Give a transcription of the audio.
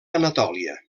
anatòlia